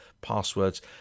passwords